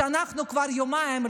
אנחנו כבר יומיים,